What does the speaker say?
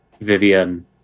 Vivian